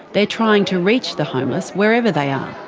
they're trying to reach the homeless, wherever they are.